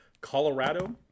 Colorado